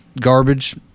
garbage